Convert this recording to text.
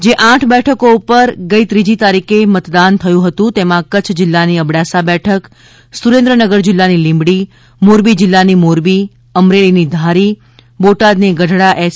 જે આઠ બેઠકો ઉપર ગઈ ત્રીજી તારીખે મતદાન થયું હતું તેમાં કચ્છ જિલ્લાની અબડાસા બેઠક સુરેન્દ્રનગર જિલ્લાની લીંબડી મોરબી જિલ્લાની મોરબી અમરેલીની ધારી બોટાદની ગઢડા એસ